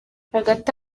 hagati